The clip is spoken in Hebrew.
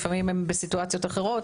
לפעמים הם בסיטואציות אחרות